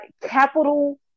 capital